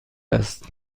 است